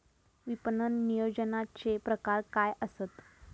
विपणन नियोजनाचे प्रकार काय आसत?